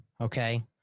Okay